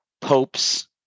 Pope's